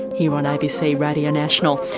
here on abc radio national,